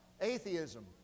Atheism